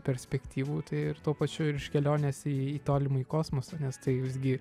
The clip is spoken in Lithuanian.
perspektyvų tai ir tuo pačiu ir iš kelionės į į tolimąjį kosmosą nes tai visgi